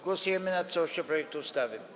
Głosujemy nad całością projektu ustawy.